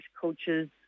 coaches